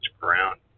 ground